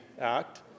Act